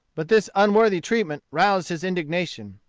but this unworthy treatment roused his indignation.